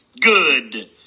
Good